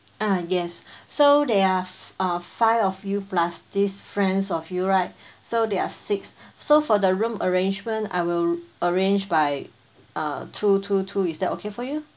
ah yes so there are uh five of you plus this friends of you right so there are six so for the room arrangement I will arrange by uh two two two is that okay for you